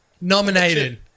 Nominated